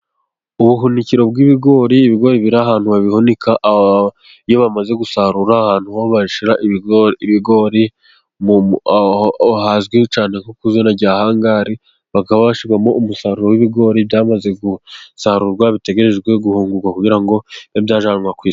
Ubuhunikiro bw'ibigori, ibigori biri ahantu babihunika iyo bamaze gusarura, ahantu ho bashyira ibigori hazwi cyane nko ku izina rya hangari, bakaba hashyirwamo umusaruro w'ibigori byamaze gusarurwa, bitegereje guhungurwa kugira ngo bibe byajyanwa ku isoko.